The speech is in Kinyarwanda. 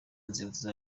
nzibutso